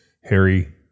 Harry